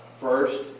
first